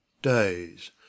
Days